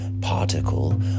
particle